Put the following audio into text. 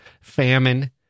Famine